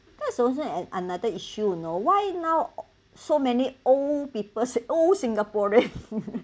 because also an another issue you know why now so many old people so old singaporean